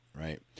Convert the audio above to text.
right